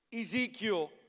Ezekiel